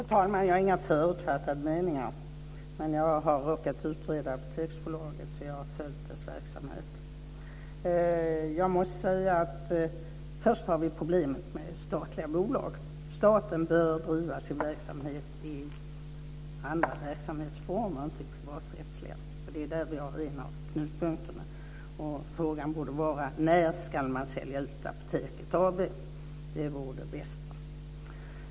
Fru talman! Jag har inga förutfattade meningar. Men jag har råkat utreda Apoteksbolaget, och jag har följt dess verksamhet. Jag måste säga att först har vi problemet med statliga bolag. Staten bör driva sin verksamhet i andra verksamhetsformer, inte i privaträttsliga. Det är där vi har en av knutpunkterna. Frågan borde vara: När ska man sälja ut Apoteket AB? Det vore det bästa.